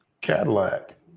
Cadillac